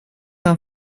are